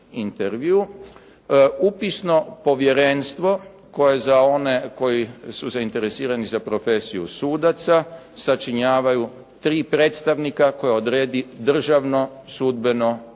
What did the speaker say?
Upisno povjerenstvo koje za one koji su zainteresirani za profesiju sudaca sačinjavaju 3 predstavnika koja odredi Državno sudbeno